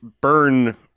burn